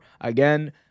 again